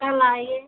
कल आइए